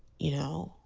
you know?